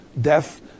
death